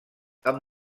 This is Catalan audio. amb